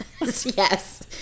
Yes